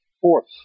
fourth